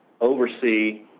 oversee